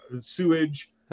sewage